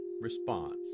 response